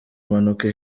impanuka